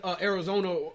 Arizona